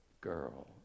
girl